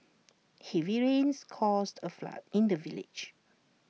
heavy rains caused A flood in the village